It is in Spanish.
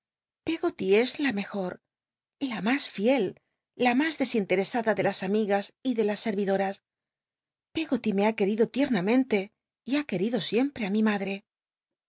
es la mejor la mas fiel la mas desinteresada de las amigas y de las servidoras peggoty me ha querido tiernamente y ha querido siempre á mi madre